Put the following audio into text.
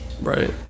Right